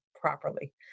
properly